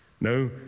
No